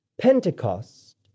Pentecost